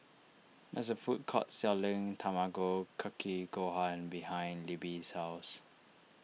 there is a food court selling Tamago Kake Gohan behind Libby's house